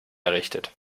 errichtet